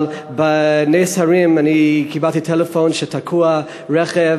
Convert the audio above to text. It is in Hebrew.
אבל קיבלתי טלפון שבנס-הרים תקוע רכב,